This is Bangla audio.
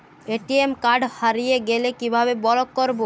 এ.টি.এম কার্ড হারিয়ে গেলে কিভাবে ব্লক করবো?